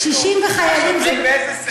השוטרים באיזה סקטור?